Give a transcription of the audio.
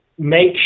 make